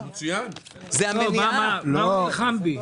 למה אתה נלחם בי?